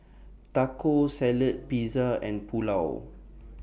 Taco Salad Pizza and Pulao